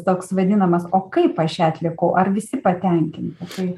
toks vadinamas o kaip aš ją atlikau ar visi patenkinti tai